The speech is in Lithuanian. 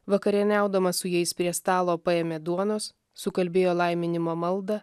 vakarieniaudamas su jais prie stalo paėmė duonos sukalbėjo laiminimo maldą